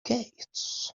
gates